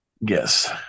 Yes